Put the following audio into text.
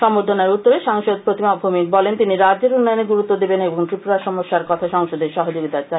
সংবর্ধনার উত্তরে সাংসদ প্রতিমা ভৌমিক বলেন তিনি রাজ্যের উন্নয়নে গুরুত্ব দেবেন এবং ত্রিপুরার সমস্যার কথা সংসদে সহযোগিতা চান